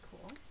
Cool